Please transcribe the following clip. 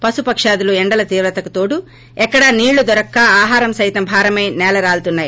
పశుపక్షాదులు ఎండల తీవ్రతకు తోడు ఎక్కడా నీళ్లు దొరక్క ఆహారం సైతంభారమై సేలరాలుతున్నాయి